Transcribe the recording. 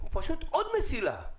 פשוט עוד מסילה.